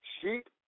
Sheep